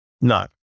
No